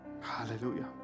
hallelujah